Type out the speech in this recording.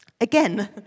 Again